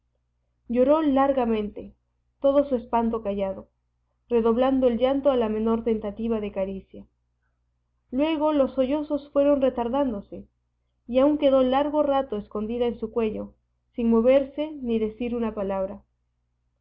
lloró largamente todo su espanto callado redoblando el llanto a la menor tentativa de caricia luego los sollozos fueron retardándose y aún quedó largo rato escondida en su cuello sin moverse ni decir una palabra